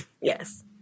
Yes